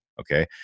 Okay